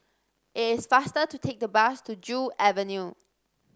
it's faster to take the bus to Joo Avenue